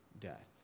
death